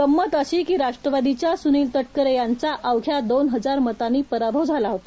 गमत अशी की राष्ट्रवादीच्या सुनील तटकरे यांचा अवघ्या दोन हजार मतांनी पराभव झाला होता